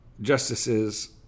justices